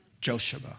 Joshua